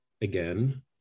again